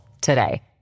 today